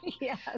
yes